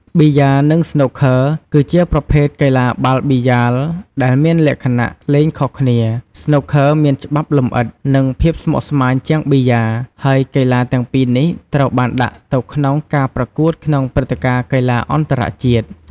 ប៊ីយ៉ា និងស្នូកឃឺគឺជាប្រភេទកីឡាបាល់ប៊ីយ៉ាលដែលមានលក្ខណៈលេងខុសគ្នា ស្នូកឃឺមានច្បាប់លម្អិត និងភាពស្មុគស្មាញជាងប៊ីយ៉ា ហើយកីឡាទាំងពីរនេះត្រូវបានដាក់ទៅក្នុងការប្រកួតក្នុងព្រឹត្តិការណ៍កីឡាអន្តរជាតិ។